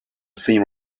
same